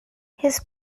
his